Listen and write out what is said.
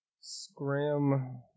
Scram